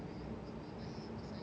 mm mm